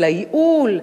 של הייעול,